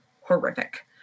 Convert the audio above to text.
horrific